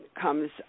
comes